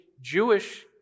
Jewish